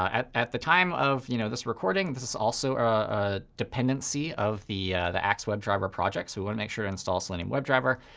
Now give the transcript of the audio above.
at at the time of you know this recording, this is also a dependency of the the axe-webdriver project, so we want to make sure and install selenium webdriver.